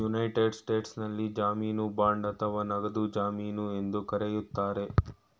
United ಸ್ಟೇಟ್ಸ್ನಲ್ಲಿ ಜಾಮೀನು bond ಅಥವಾ ನಗದು ಜಮೀನು ಎಂದು ಕರೆಯುತ್ತಾರೆ